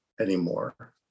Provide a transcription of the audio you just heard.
anymore